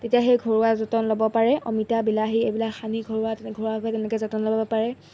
তেতিয়া সেই ঘৰুৱা যতন ল'ব পাৰে অমিতা বিলাহী এইবিলাক সানি ঘৰুৱা ঘৰুৱাভাৱে তেনেকৈ যতন ল'ব পাৰে